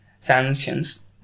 sanctions